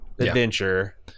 adventure